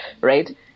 right